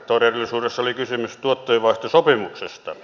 todellisuudessa oli kysymys tuottojenvaihtosopimuksesta